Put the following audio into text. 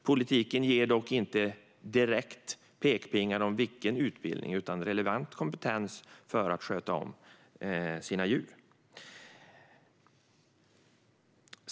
Politiken ger dock inga direkta pekpinnar om utbildning, utan det handlar om relevant kompetens för att sköta om djuren.